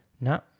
No